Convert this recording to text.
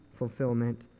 fulfillment